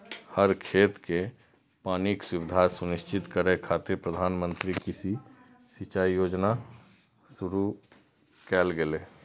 हर खेत कें पानिक सुविधा सुनिश्चित करै खातिर प्रधानमंत्री कृषि सिंचाइ योजना शुरू कैल गेलै